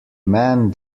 man